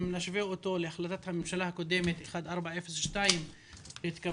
אם נשווה אותו להחלטת הממשלה הקודמת 1402 שהתקבלה